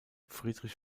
friedrich